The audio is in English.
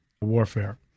warfare